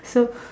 so